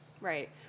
Right